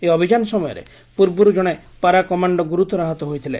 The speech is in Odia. ଏହି ଅଭିଯାନ ସମୟରେ ପୂର୍ବରୁ ଜଣେ ପାରା କମାଣ୍ଡୋ ଗୁରୁତର ଆହତ ହୋଇଥିଲେ